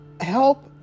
help